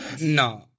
No